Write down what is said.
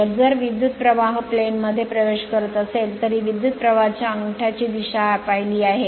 तर जर विद्युत प्रवाह प्लेन मध्ये प्रवेश करत असेल तर ही विद्युत प्रवाहच्या अंगठाची दिशा पाहिली आहे